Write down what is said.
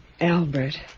Albert